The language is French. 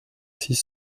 six